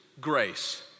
grace